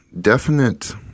definite